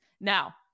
now